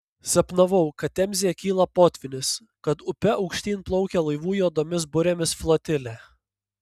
sapnavau kad temzėje kyla potvynis kad upe aukštyn plaukia laivų juodomis burėmis flotilė